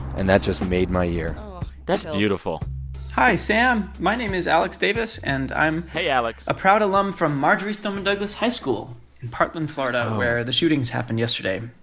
and that just made my year that's beautiful hi, sam. my name is alex davis, and i'm. hey, alex a proud alum from marjory stoneman douglas high school in parkland, fla. and oh. where the shootings happened yesterday.